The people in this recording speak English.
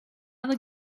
other